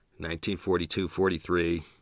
1942-43